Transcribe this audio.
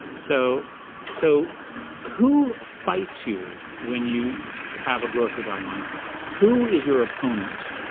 so so who fights you when you have a growth or die mindset? who is your opponent?